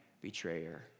betrayer